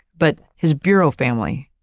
but his bureau family.